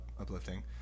uplifting